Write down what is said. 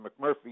McMurphy